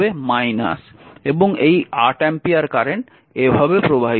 এবং এই 8 ampere current এভাবে প্রবাহিত হচ্ছে